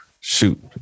Shoot